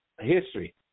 history